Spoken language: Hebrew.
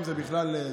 זה, בכלל.